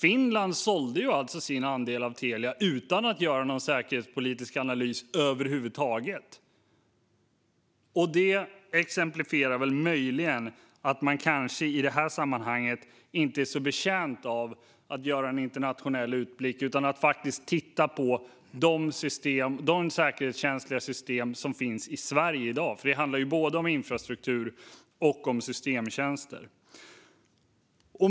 Finland sålde alltså sin andel av Telia utan att göra någon säkerhetspolitisk analys över huvud taget. Det exemplifierar väl möjligen att man i det här sammanhanget kanske inte är så betjänt av att göra en internationell utblick. I stället ska man faktiskt titta på de säkerhetskänsliga system som finns i Sverige i dag. Det handlar både om infrastruktur och om systemtjänster.